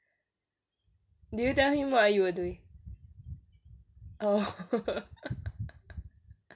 did you tell him what you were doing oh